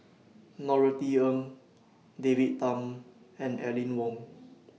Norothy Ng David Tham and Aline Wong